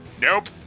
Nope